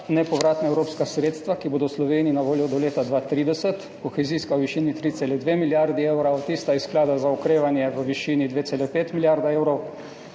nepovratna evropska sredstva, ki bodo Sloveniji na voljo do leta 2030, kohezijska v višini 3,2 milijarde evrov, tista iz sklada za okrevanje v višini 2,5 milijarde evrov,